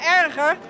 erger